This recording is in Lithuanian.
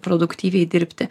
produktyviai dirbti